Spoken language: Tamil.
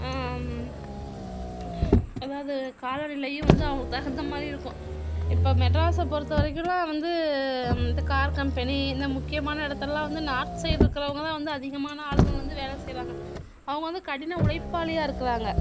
அதாவது காலநிலையும் வந்து அவங்களுக்கு தகுந்தமாதிரி இருக்கும் இப்போ மெட்ராஸை பொறுத்தவரைக்குலாம் வந்து இப்போ கார் கம்பெனி இந்த முக்கியமான இடத்துலா வந்து நார்த் சைட் இருக்கிறவங்கதான் வந்து அதிகமான ஆளுங்க வந்து வேலை செய்கிறாங்க அவங்க வந்து கடின உழைப்பாளியாக இருக்கிறாங்க